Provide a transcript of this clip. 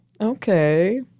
Okay